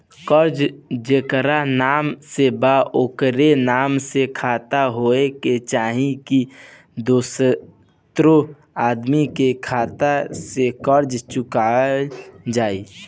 कर्जा जेकरा नाम से बा ओकरे नाम के खाता होए के चाही की दोस्रो आदमी के खाता से कर्जा चुक जाइ?